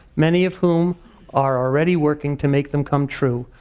many of whom are already working to make them come true.